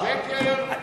שקר.